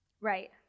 Right